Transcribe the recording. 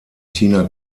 tina